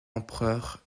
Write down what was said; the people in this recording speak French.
empereur